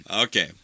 Okay